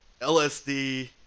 LSD